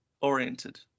oriented